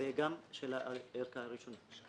וגם של הערכאה הראשונה.